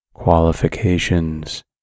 Qualifications